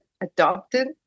adopted